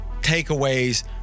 takeaways